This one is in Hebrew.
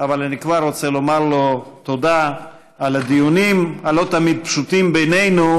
אבל אני כבר רוצה לומר תודה על הדיונים הלא-תמיד פשוטים בינינו,